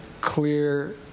clear –